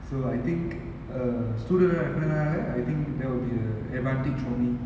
so I think uh student ah இருக்குரதுனால:irukurathunaala I think that will be a vaathichoming